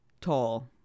Tall